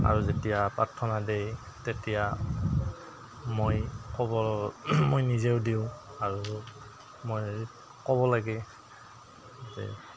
আৰু যেতিয়া প্ৰাৰ্থনা দেই তেতিয়া মই ক'ব মই নিজেও দিওঁ আৰু মই ক'ব লাগে যে